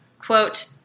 quote